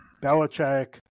Belichick